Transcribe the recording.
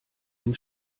den